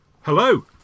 Hello